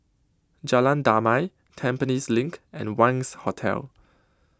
Jalan Damai Tampines LINK and Wangz Hotel